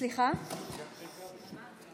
אני אחרי קרעי.